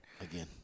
again